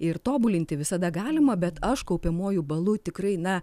ir tobulinti visada galima bet aš kaupiamuoju balu tikrai na